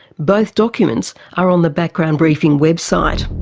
both documents are on the background briefing website.